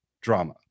drama